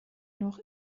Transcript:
noch